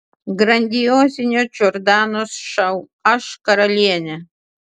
grandiozinio džordanos šou aš karalienė